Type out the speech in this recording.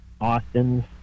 austins